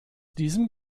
diesem